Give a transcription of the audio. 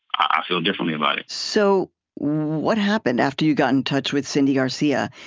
i feel differently about it so what happened after you got in touch with cindy garcia,